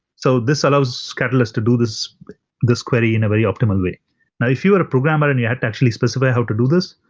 so this allows catalyst to do this this query in a very optimal way now if you are a programmer and you had to actually specify how to do this,